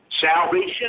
salvation